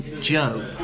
Joe